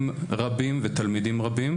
סטודנטים ותלמידים רבים,